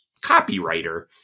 copywriter